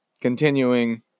continuing